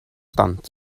ddant